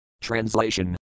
Translation